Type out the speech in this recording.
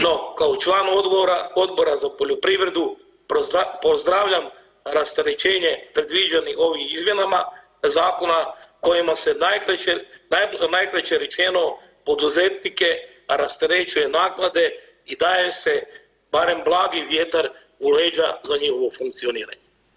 No, kao član Odbora za poljoprivredu pozdravljam rasterećenje predviđenih ovim izmjenama zakona kojima se najkraće rečeno poduzetnike rasterećuje naknade i daje se barem blagi vjetar u leđa za njihovo funkcioniranje.